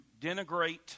denigrate